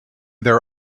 their